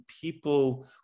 people